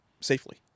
safely